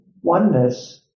oneness